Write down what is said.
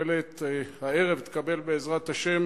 והערב תקבל בעזרת השם